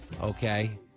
Okay